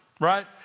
right